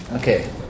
Okay